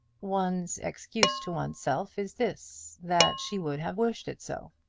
one's excuse to oneself is this that she would have wished it so.